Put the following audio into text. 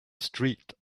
street